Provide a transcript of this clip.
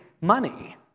money